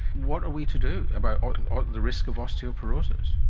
what are we to do about and ah the risk of osteoporosis?